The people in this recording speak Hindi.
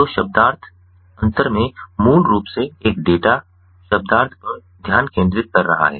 तो शब्दार्थ अंतर में मूल रूप से एक डेटा शब्दार्थ पर ध्यान केंद्रित कर रहा है